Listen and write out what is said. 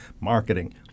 marketing